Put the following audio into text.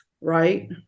right